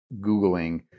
Googling